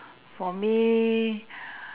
for me